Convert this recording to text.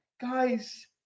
guys